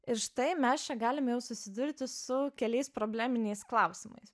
ir štai mes čia galime jau susidurti su keliais probleminiais klausimais